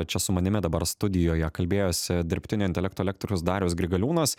čia su manimi dabar studijoje kalbėjosi dirbtinio intelekto lektorius darius grigaliūnas